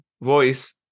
voice